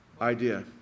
idea